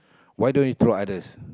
why don't you throw others